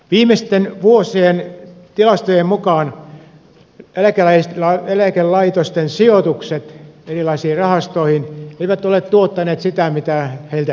viimeisten vuosien tilastojen mukaan eläkelaitosten sijoitukset erilaisiin rahastoihin eivät ole tuottaneet sitä mitä niiltä edellytetään